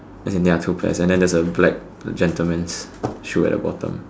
as in they're shoe pads and then there's a black gentleman's shoe at the bottom